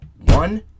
One